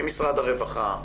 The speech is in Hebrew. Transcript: ממשרד הרווחה,